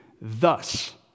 Thus